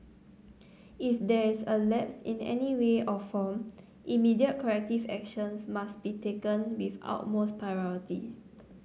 if there is a lapse in any way or form immediate corrective actions must be taken with utmost priority